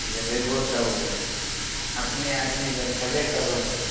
जब अयबहो तब अपने आदमी जब छबे करहो तऽ